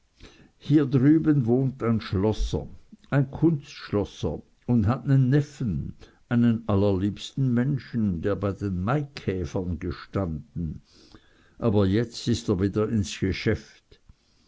hier drüben wohnt ein schlosser ein kunstschlosser und hat nen neffen einen allerliebsten menschen der bei den maikäfern gestanden aber jetzt is er wieder ins geschäft